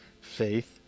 faith